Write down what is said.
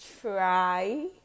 try